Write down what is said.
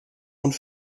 und